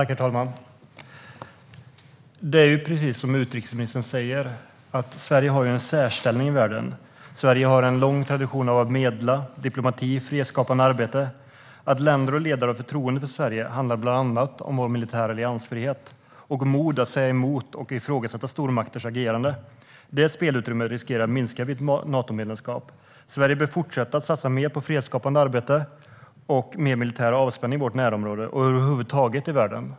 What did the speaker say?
Herr talman! Precis som utrikesministern säger har Sverige en särställning i världen. Sverige har en lång tradition av medling, diplomati och fredsskapande arbete. Att länder och ledare har förtroende för Sverige handlar bland annat om vår militära alliansfrihet och vårt mod att säga emot och ifrågasätta stormakters agerande. Det spelutrymmet riskerar att minska vid ett Natomedlemskap. Sverige bör fortsätta att satsa mer på fredsskapande arbete och militär avspänning i vårt närområde och över huvud taget i världen.